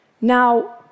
Now